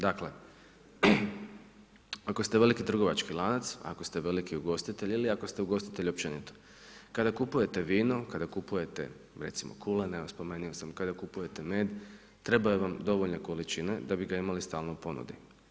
Dakle, ako ste veliki trgovački lanac, ako ste veliki ugostitelj ili ako st ugostitelj općenito, kada kupujete vino, kada kupujete evo recimo kulen, evo spomenuo sam kada kupujete med, trebaju vam dovoljne količine da bi ga imali stalo u ponudi.